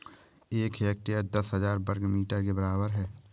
एक हेक्टेयर दस हजार वर्ग मीटर के बराबर है